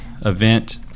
event